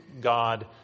God